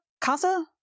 Casa